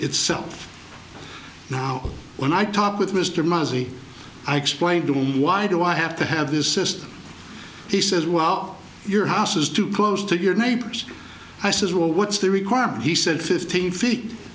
itself now when i talk with mr massey i explained to them why do i have to have this system he says well your house is too close to your neighbor's i says well what's the requirement he said fifteen feet